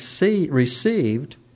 received